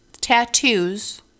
tattoos